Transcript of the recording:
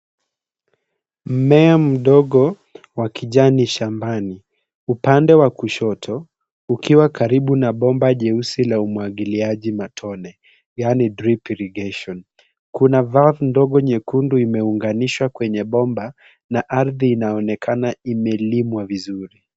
Mmea mdogo wa kijani shambani upande wa kushoto ukiwa karibu na bomba jeusi la umwagiliaji matone yaani drip irrigation kuna pafu ndogo nyekundu lililounganishwa kwenye bomba na ardhi inaonekana imelimwa vizuri .